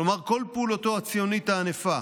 כלומר כל פעולתו הציונית הענפה,